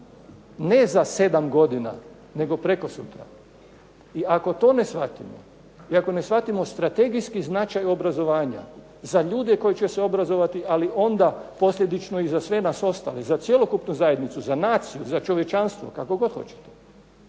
Ne za 7 godina, neko prekosutra. I ako to ne shvatimo, i ako ne shvatimo strategijski značaj obrazovanja za ljude koji će se obrazovati, ali onda posljedično i za sve nas ostale, za cjelokupnu zajednicu, za naciju, za čovječanstvo, kako god hoćete,